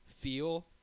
feel